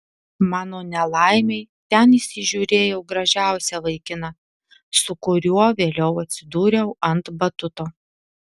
mano nelaimei ten įsižiūrėjau gražiausią vaikiną su kuriuo vėliau atsidūriau ant batuto